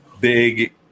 big